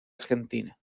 argentina